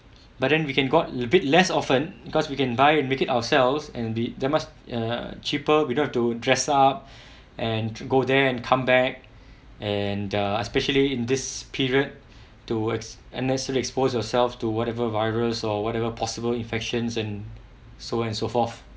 but then we can go out a bit less often because we can buy and make it ourselves and be that must err cheaper we don't have to dress up and go there and come back and err especially in this period towards unnecessary expose yourself to whatever virus or whatever possible infections and so and so forth